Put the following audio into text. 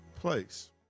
place